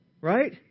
right